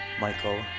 Michael